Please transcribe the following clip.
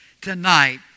tonight